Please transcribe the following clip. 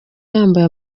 yambaye